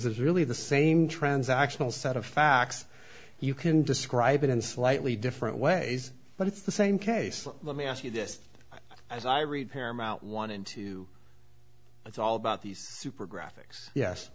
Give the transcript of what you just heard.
it's really the same transactional set of facts you can describe it in slightly different ways but it's the same case let me ask you this as i read paramount one in two it's all about these super graphics yes